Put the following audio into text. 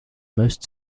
most